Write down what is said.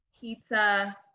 pizza